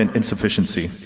insufficiency